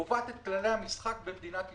קובעת את כללי המשחק במדינת ישראל.